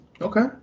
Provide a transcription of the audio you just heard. Okay